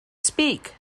speak